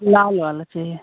लाल वाला चाहिए